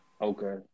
Okay